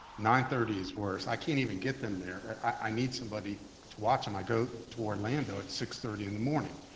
nine thirty is worse. i can't even get them there, i need somebody to watch them. i go to orlando at six thirty in the morning.